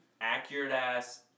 accurate-ass